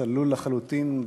צלול לחלוטין,